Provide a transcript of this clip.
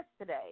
today